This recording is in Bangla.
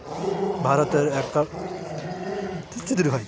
ভারতের একাউন্টিং স্ট্যান্ডার্ড যে বোর্ড চে তার তরফ গটে পরিচালনা করা যে নিয়ম গুলা